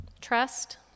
Trust